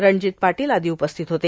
रणजित पाटील आदी उपस्थित होते